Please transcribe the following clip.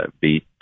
beat